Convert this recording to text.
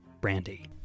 brandy